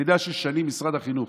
אתה יודע ששנים משרד החינוך,